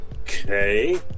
okay